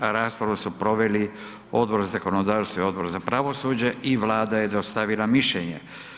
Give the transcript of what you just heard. Raspravu su proveli Odbor za zakonodavstvo i Odbor za pravosuđe i Vlada je dostavila mišljenje.